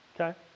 Okay